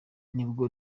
nibwo